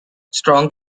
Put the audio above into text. strong